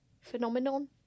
phenomenon